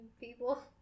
people